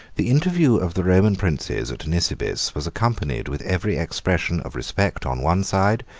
the interview of the roman princes at nisibis was accompanied with every expression of respect on one side,